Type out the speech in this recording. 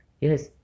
yes